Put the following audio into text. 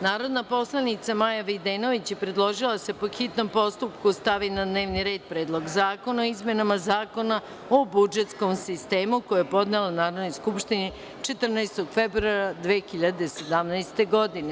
Narodna poslanica Maja Videnović je predložila da se po hitnom postupku stavi na dnevni red Predlog zakona o izmenama Zakona o budžetskom sistemu, koji je podnela Narodnoj skupštini 14. februara 2017. godine.